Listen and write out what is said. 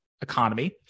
economy